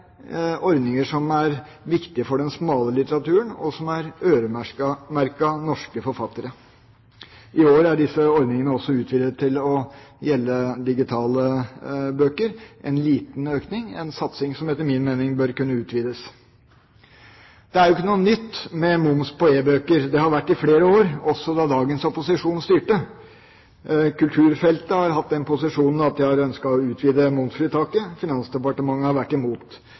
ordninger som er viktige for den smale litteraturen, og som er øremerket norske forfattere. I år er disse ordningene også utvidet til å gjelde digitale bøker – en liten økning, og en satsing som etter min mening bør kunne utvides. Det er jo ikke noe nytt med moms på e-bøker. Det har det vært i flere år, også da dagens opposisjon styrte. Kulturfeltet har hatt den posisjonen at de har ønsket å utvide momsfritaket. Finansdepartementet har vært imot.